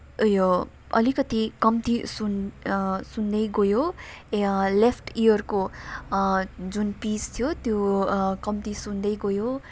उयो अलिकति कम्ती सुन् सुन्दै गयो ए लेफ्ट इयरको जुन पिस थियो त्यो कम्ती सुन्दै गयो अनि